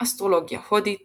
אסטרולוגיה הודית